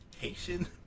Haitian